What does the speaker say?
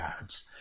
ads